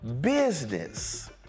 business